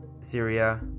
syria